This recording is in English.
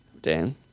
Dan